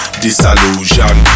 disillusion